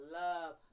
love